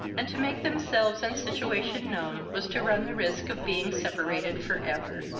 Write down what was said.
and to make themselves and situation known was to run the risk of being separated for ever,